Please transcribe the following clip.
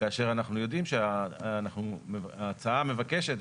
כאשר ההצעה מבקשת,